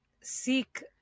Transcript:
seek